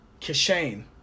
Kishane